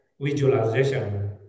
visualization